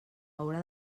haurà